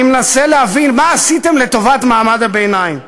אני מנסה להבין מה עשיתם לטובת מעמד הביניים,